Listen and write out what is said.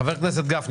חבר הכנסת גפני בבקשה.